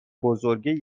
بزرگی